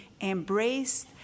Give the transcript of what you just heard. embrace